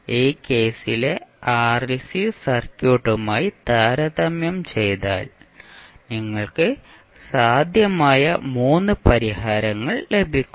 ഈ കേസിലെ ആർഎൽസി സർക്യൂട്ടുമായി താരതമ്യം ചെയ്താൽ നിങ്ങൾക്ക് സാധ്യമായ മൂന്ന് പരിഹാരങ്ങൾ ലഭിക്കും